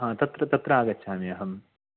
हा तत्र तत्र आगच्छामि अहम्